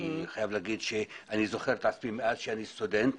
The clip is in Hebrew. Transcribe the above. אני חייב להגיד שאני זוכר את עצמי מאז שאני סטודנט,